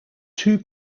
two